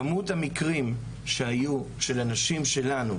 כמות המקרים שהיו של אנשים שלנו,